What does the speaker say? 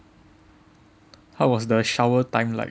how was the shower time like